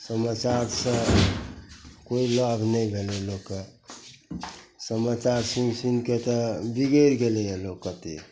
समाचारसे कोइ लाभ नहि भेलै लोकके समाचार सुनि सुनिके तऽ बिगड़ि गेलै यऽ लोक कतेक